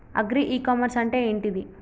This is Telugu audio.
అగ్రి ఇ కామర్స్ అంటే ఏంటిది?